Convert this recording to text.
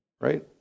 Right